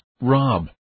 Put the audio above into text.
Rob